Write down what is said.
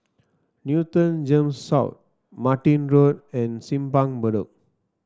Newton Gems South Martin Road and Simpang Bedok